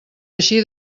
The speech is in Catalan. així